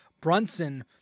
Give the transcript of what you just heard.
Brunson